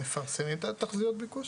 אתם מפרסמים את תחזיות הביקוש?